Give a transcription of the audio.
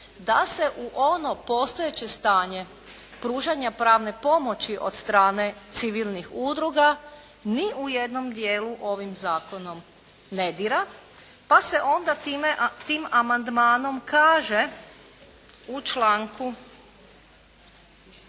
da se u ono postojeće stanje pružanja pravne pomoći od strane civilnih udruga ni u jednom dijelu ovim Zakonom ne dira, pa se onda tim amandmanom kaže u članku